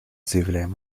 заявляем